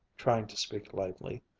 trying to speak lightly,